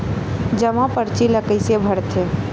जमा परची ल कइसे भरथे?